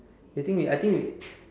they think we I think we